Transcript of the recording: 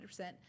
100%